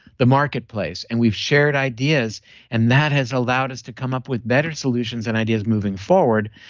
the marketplace, and we've shared ideas and that has allowed us to come up with better solutions and ideas moving forward.